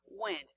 went